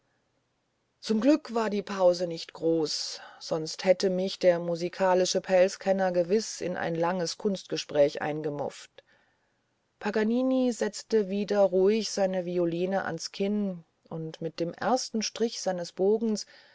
zum glück war die pause nicht groß sonst hätte mich der musikalische pelzkenner gewiß in ein langes kunstgespräch eingemufft paganini setzte wieder ruhig seine violine ans kinn und mit dem ersten strich seines bogens